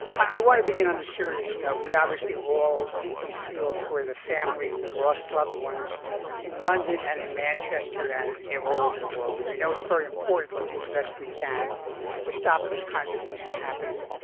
i want to begin on a serious note. we obviously all deeply feel for the families that lost loved ones in london and in manchester, and and all over the world. and we know it's very important to do the best we can to stop these kinds of things from happening.